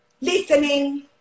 listening